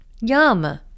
Yum